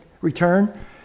return